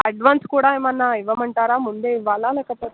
advance కూడా ఏమన్నా ఇవ్వమంటారా ముందే ఇవ్వాళా లేకపోతే